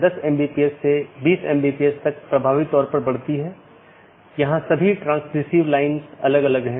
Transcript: सबसे अच्छा पथ प्रत्येक संभव मार्गों के डोमेन की संख्या की तुलना करके प्राप्त किया जाता है